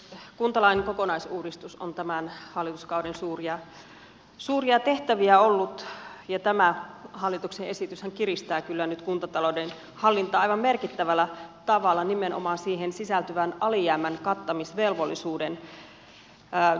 kuntalain kokonaisuudistus on tämän hallituskauden suuria tehtäviä ollut ja tämä hallituksen esityshän kiristää kyllä nyt kuntatalouden hallintaa aivan merkittävällä tavalla nimenomaan siihen sisältyvän alijäämän kattamisvelvollisuuden kiristyksen myötä